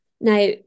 Now